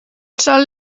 sol